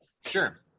Sure